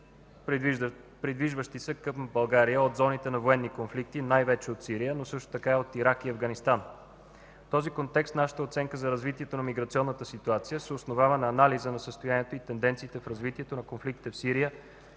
придвижващи се към България от зоните на военни конфликти най-вече от Сирия, но също така и от Ирак и Афганистан. В този контекст нашата оценка за развитието на миграционната ситуация се основава на анализа на състоянието и тенденциите в развитието на конфликтите в Сирия,